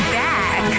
back